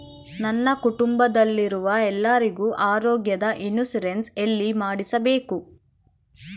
ನನ್ನ ಕುಟುಂಬದಲ್ಲಿರುವ ಎಲ್ಲರಿಗೂ ಆರೋಗ್ಯದ ಇನ್ಶೂರೆನ್ಸ್ ಎಲ್ಲಿ ಮಾಡಿಸಬೇಕು?